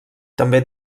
també